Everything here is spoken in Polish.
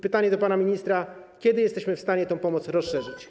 Pytanie do pana ministra: Kiedy będziemy w stanie tę pomoc rozszerzyć?